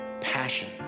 passion